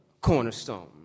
cornerstone